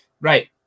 Right